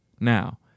Now